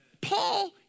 Paul